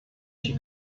she